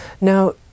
Now